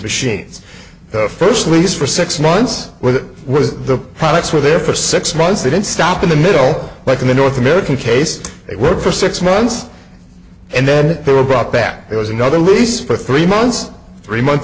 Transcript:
machines the first lease for six months with the pilots were there for six months they didn't stop in the middle like in the north american case it worked for six months and then they were brought back there was another lease for three months three month